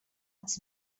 its